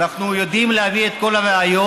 אנחנו יודעים להביא את כל הראיות,